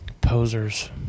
Posers